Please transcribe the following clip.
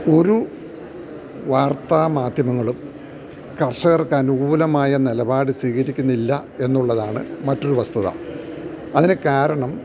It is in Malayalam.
ഒരു വാർത്താമാധ്യമങ്ങളും കർഷകർക്കനുകൂലമായ നിലപാടു സ്വീകരിക്കുന്നില്ല എന്നുള്ളതാണു മറ്റൊരു വസ്തുത അതിനു കാരണം